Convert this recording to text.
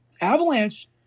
avalanche